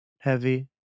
heavy